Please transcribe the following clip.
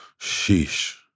Sheesh